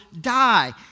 die